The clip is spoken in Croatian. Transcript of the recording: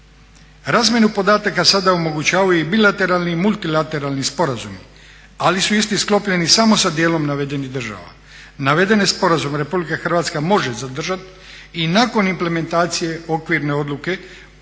Razmjenu podataka sada omogućavaju i bilateralni i multilateralni sporazumi, ali su isti sklopljeni samo sa dijelom navedenih država. Navedene sporazume RH može zadržati i nakon implementacije okvirne odluke o čemu